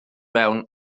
mewn